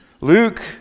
Luke